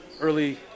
early